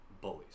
bullies